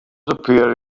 appear